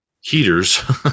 heaters